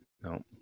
No